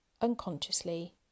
unconsciously